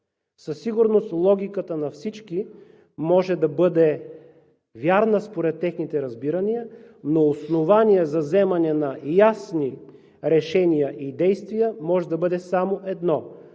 Със сигурност логиката на всички може да бъде вярна според техните разбирания, но основания за вземане на ясни решения и действия може да бъде само едно –